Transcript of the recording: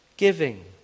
Giving